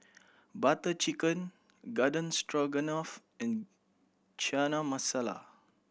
Butter Chicken Garden Stroganoff and Chana Masala